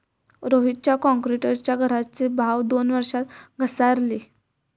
रोहितच्या क्रॉन्क्रीटच्या घराचे भाव दोन वर्षात घसारले